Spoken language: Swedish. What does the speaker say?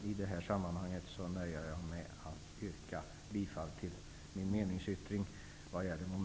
I det här sammanhanget nöjer jag mig dock med att yrka bifall till min meningsyttring vad gäller mom.